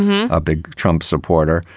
a big trump supporter.